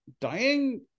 dying